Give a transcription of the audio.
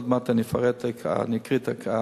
ועוד מעט אני אפרט ואקריא את הכללים,